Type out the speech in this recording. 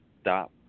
stop